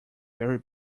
very